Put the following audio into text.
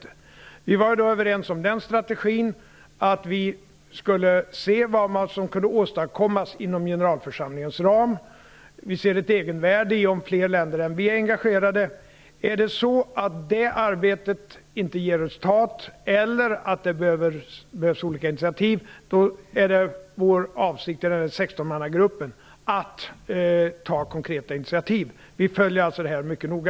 Vi var då överens om den strategin att vi skulle se vad som kunde åstadkommas inom generalförsamlingens ram. Vi ser ett egenvärde i att fler länder är engagerade. Om det arbetet inte ger resultat är det vår avsikt i 16-mannagruppen att ta konkreta initiativ. Vi följer alltså detta mycket noga.